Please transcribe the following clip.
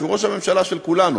שהוא ראש הממשלה של כולנו,